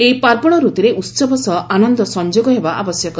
ଏହି ପାର୍ବଣ ଋତୁରେ ଉସବ ସହ ଆନନ୍ଦ ସଂଯୋଗ ହେବା ଆବଶ୍ୟକ